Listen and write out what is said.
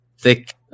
thick